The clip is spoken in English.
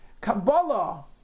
Kabbalah